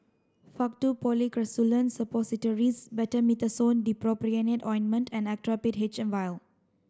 Faktu Policresulen Suppositories Betamethasone Dipropionate Ointment and Actrapid H M vial